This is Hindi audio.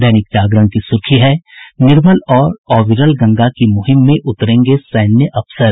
दैनिक जागरण की सुर्खी है निर्मल और अविरल गंगा की मुहिम में उतरेगें सैन्य अफसर